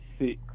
six